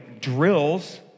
drills